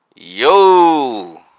yo